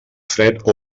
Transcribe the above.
fred